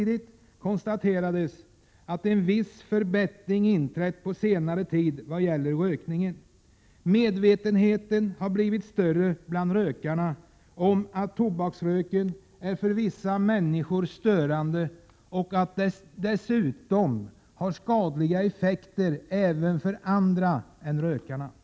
Det konstaterades samtidigt att en viss förbättring har inträtt under senare tid i vad gäller rökningen. Medvetenheten har blivit större bland rökarna om att tobaksröken är störande för vissa människor och att den dessutom har skadliga effekter även för andra än rökarna själva.